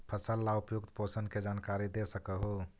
फसल ला उपयुक्त पोषण के जानकारी दे सक हु?